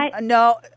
No